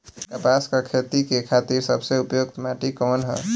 कपास क खेती के खातिर सबसे उपयुक्त माटी कवन ह?